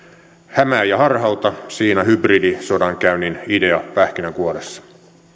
hämää ja harhauta siinä hybridisodankäynnin idea pähkinänkuoressa